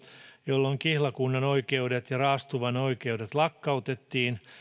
jolloin kihlakunnanoikeudet ja raastuvanoikeudet lakkautettiin